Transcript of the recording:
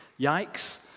Yikes